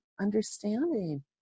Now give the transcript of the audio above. understanding